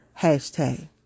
Hashtag